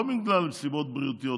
ולא רק בגלל סיבות בריאותיות,